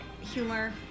humor